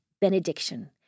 benediction